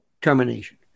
termination